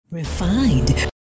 Refined